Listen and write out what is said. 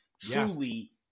truly